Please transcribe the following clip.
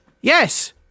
yes